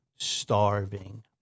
starving